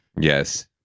Yes